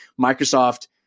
Microsoft